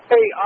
Hey